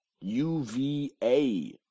UVA